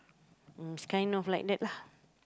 mm is kind of like that lah